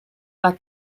war